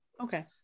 okay